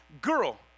girl